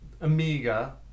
Amiga